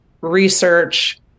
research